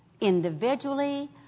individually